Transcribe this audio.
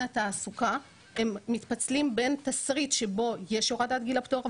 התעסוקה מתפצלים בין תסריט שבו יש הורדת גיל הפטור,